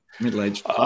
Middle-aged